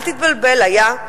אל תתבלבל, היה.